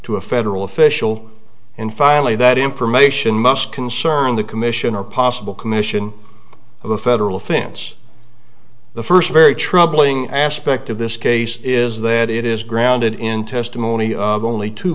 to a federal official and finally that information must concern the commission or possible commission of a federal offense the first very troubling aspect of this case is that it is grounded in testimony of only two